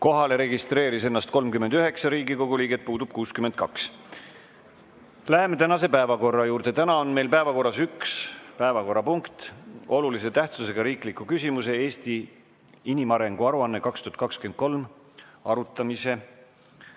Kohalolijaks registreeris ennast 39 Riigikogu liiget, puudub 62. Läheme tänase päevakorra juurde. Täna on meil päevakorras üks punkt: olulise tähtsusega riikliku küsimuse "Eesti inimarengu aruanne 2023" arutamine.